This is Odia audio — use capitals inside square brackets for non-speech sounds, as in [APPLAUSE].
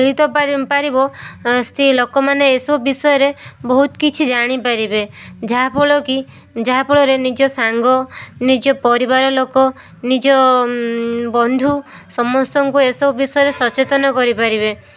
ମିଳିତ ପାରିବ [UNINTELLIGIBLE] ଲୋକ ମାନେ ଏସବୁ ବିଷୟରେ ବହୁତ କିଛି ଜାଣିପାରିବେ ଯାହା ଫଳ କି ଯାହା ଫଳରେ ନିଜ ସାଙ୍ଗ ନିଜ ପରିବାର ଲୋକ ନିଜ ବନ୍ଧୁ ସମସ୍ତଙ୍କୁ ଏ ସବୁ ବିଷୟରେ ସଚେତନ କରିପାରିବେ